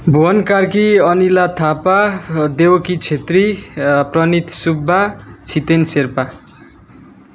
Bhuwan Karki Anila Thapa Deuki Kshetri Pranit Subba Chhiten Sherpa